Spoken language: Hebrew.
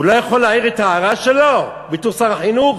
הוא לא יכול להעיר את ההערה שלו בתור שר החינוך?